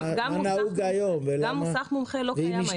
גם מוסך מומחה לא קיים היום.